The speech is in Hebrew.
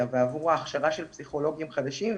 ועבור ההכשרה של פסיכולוגים חדשים.